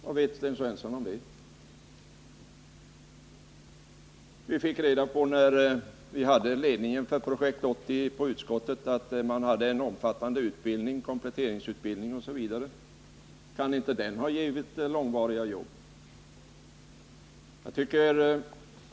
Vad vet Sten Svensson om det? När ledningen för Projekt 80 besökte utskottet fick vi reda på att man hade en omfattande utbildning — kompletteringsutbildning osv. Kan inte den utbildningen ha givit långvariga jobb?